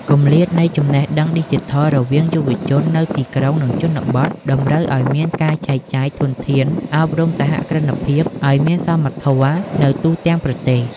គម្លាតនៃចំណេះដឹងឌីជីថលរវាងយុវជននៅទីក្រុង និងជនបទ តម្រូវឱ្យមានការចែកចាយធនធានអប់រំសហគ្រិនភាពឱ្យមានសមធម៌នៅទូទាំងប្រទេស។